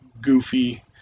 goofy